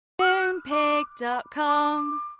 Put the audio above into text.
Moonpig.com